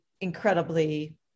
incredibly